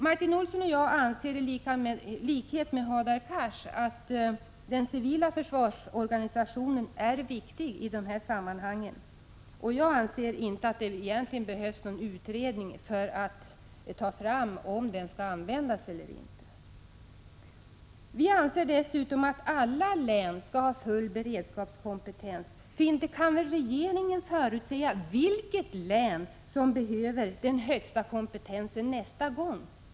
Martin Olsson och jag anser i likhet med Hadar Cars att den civila försvarsorganisationen är viktig i detta sammanhang. Jag anser inte att det behövs någon utredning för att avgöra om den skall användas eller inte. Vi anser dessutom att alla län skall ha full beredskapskompetens. Inte kan väl regeringen förutse vilket län som behöver den högsta kompetensen nästa gång!